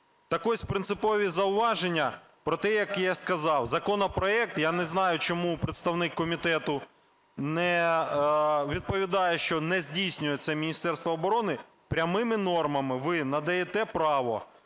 Так ось, принципові зауваження про те, які я сказав, законопроект, я не знаю чому представник комітету не відповідає, що не здійснює це Міністерство оброни, прямими нормами ви надаєте право,